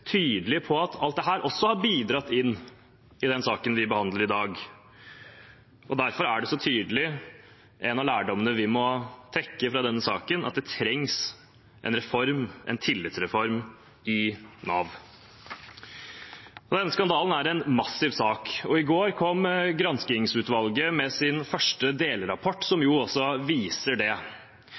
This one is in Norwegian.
på at alt dette også har bidratt inn i den saken vi behandler i dag. Derfor er det så tydelig at en av lærdommene vi må trekke fra denne saken, er at det trengs en tillitsreform i Nav. Denne skandalen er en massiv sak. I går kom granskingsutvalget med sin første delrapport som også viser det.